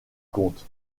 comte